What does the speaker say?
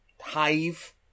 Hive